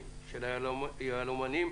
של היהלומנים,